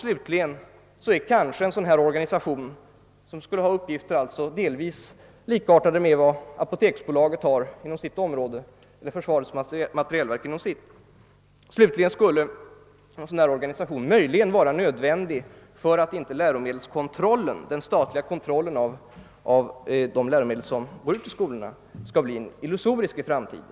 Slutligen skulle kanske en sådan organisation, med uppgifter delvis likartade dem apoteksbolaget och försvarets materielverk har inom sina respektive områden, möjligen vara nödvändig för att inte den statliga kontrollen av de läromedel som går ut i skolorna skall bli illusorisk i framtiden.